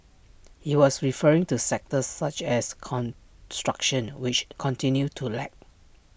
he was referring to sectors such as construction which continued to lag